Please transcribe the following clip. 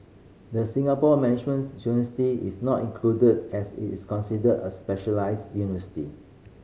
the Singapore Managements is not included as it is considered a specialised university